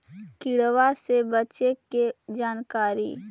किड़बा से बचे के जानकारी?